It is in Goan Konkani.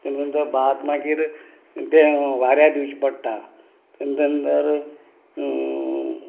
तेनीन तो भात मागीर तें वाऱ्या दिवचें पडटा तेज नंतर